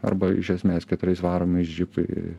arba iš esmės keturiais varomi džipai